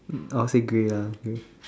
I would say grey ah grey